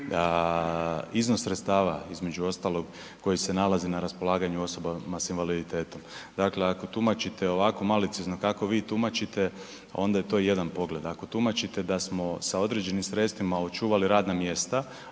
iznos sredstava između ostalog koji se nalazi na raspolaganju osobama s invaliditetom. Dakle, ako tumačite ovako maliciozno kako vi tumačite onda je to jedan pogled. Ako tumačite da smo sa određenim sredstvima očuvali radna mjesta,